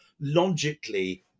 logically